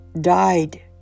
died